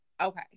Okay